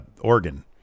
organ